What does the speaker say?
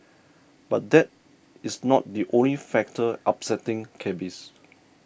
but that is not the only factor upsetting cabbies